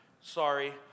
sorry